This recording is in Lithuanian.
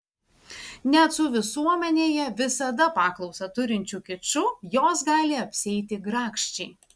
net su visuomenėje visada paklausą turinčiu kiču jos gali apsieiti grakščiai